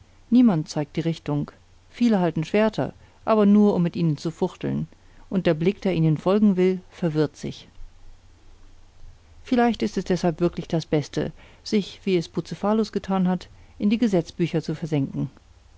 niemand zeigt die richtung viele halten schwerter aber nur um mit ihnen zu fuchteln und der blick der ihnen folgen will verwirrt sich vielleicht ist es deshalb wirklich das beste sich wie es bucephalus getan hat in die gesetzbücher zu versenken